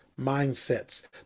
mindsets